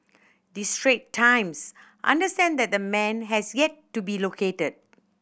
the Straits Times understand that the man has yet to be located